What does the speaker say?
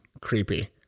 Creepy